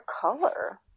color